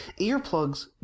Earplugs